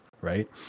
right